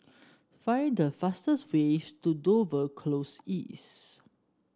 find the fastest way to Dover Close East